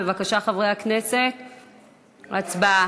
בבקשה, חברי הכנסת, הצבעה.